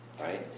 Right